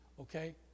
Okay